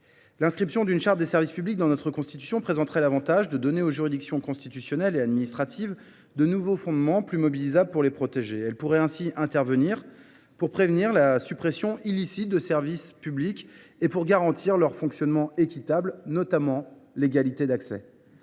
l’inscription d’une charte des services publics dans la Constitution présenterait l’avantage de donner aux juridictions constitutionnelles et administratives de nouveaux fondements plus aisément mobilisables pour les protéger. Celles ci pourraient dès lors intervenir pour prévenir la suppression illicite de services publics et garantir leur fonctionnement équitable, notamment en matière d’égalité d’accès.